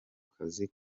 kazi